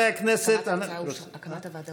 הקמת הוועדה